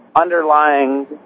underlying